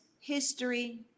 history